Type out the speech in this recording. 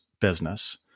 business